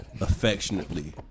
affectionately